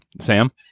Sam